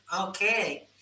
Okay